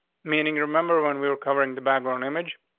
meaning? remember when we were covering the background image?